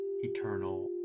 eternal